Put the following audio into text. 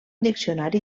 diccionari